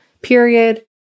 period